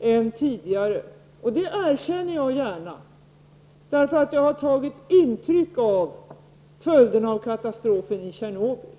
än tidigare när det gäller kärnkraften. Och det erkänner jag gärna, därför att jag har tagit intryck av följderna av katastrofen i Tjernobyl.